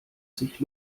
sich